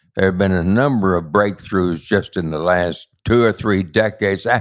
there have been a number of breakthroughs just in the last two or three decades. yeah